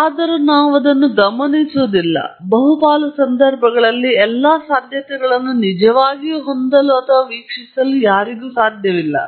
ಆದರೂ ನಾವು ಅದನ್ನು ಗಮನಿಸುವುದಿಲ್ಲ ಬಹುಪಾಲು ಸಂದರ್ಭಗಳಲ್ಲಿ ಎಲ್ಲಾ ಸಾಧ್ಯತೆಗಳನ್ನು ನಿಜವಾಗಿಯೂ ಹೊಂದಲು ಅಥವಾ ವೀಕ್ಷಿಸಲು ಸಾಧ್ಯವಿಲ್ಲ